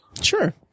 sure